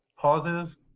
pauses